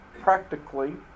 practically